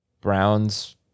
Brown's